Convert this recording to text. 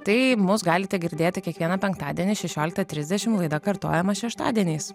tai mus galite girdėti kiekvieną penktadienį šešioliktą trisdešimt laida kartojama šeštadieniais